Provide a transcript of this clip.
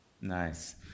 Nice